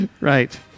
Right